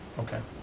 okay,